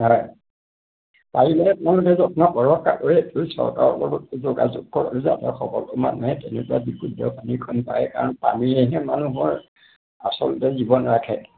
পাৰিলে আপোনালোকে যত্ন কৰক এইটো চৰকাৰৰ লগত যোগাযোগ কৰক যাতে সকলো মানুহেই তেনেকুৱা বিশুদ্ধ পানীকণ পায় কাৰণ পানীয়েহে মানুহৰ আচলতে জীৱন ৰাখে